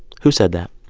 who said that?